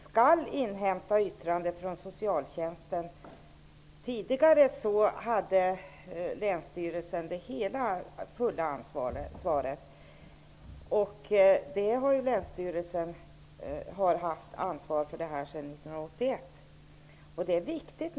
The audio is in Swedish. Herr talman! Den ändring som infördes 1988 innebär att länsstyrelsen skall inhämta yttranden från socialtjänsten. Tidigare, sedan 1981, hade länsstyrelsen det fulla ansvaret.